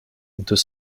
deux